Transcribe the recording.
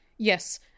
Yes